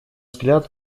взгляд